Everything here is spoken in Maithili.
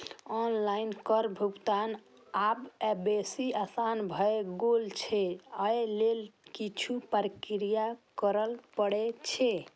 आनलाइन कर भुगतान आब बेसी आसान भए गेल छै, अय लेल किछु प्रक्रिया करय पड़ै छै